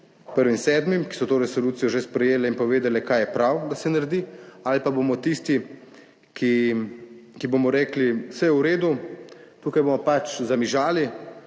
prvim sedmim, ki so to resolucijo že sprejele in povedale kaj je prav, da se naredi. Ali pa bomo tisti, ki bomo rekli, vse je v redu, tukaj bomo pač zamižali